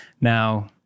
Now